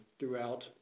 throughout